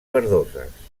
verdoses